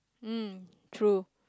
mm true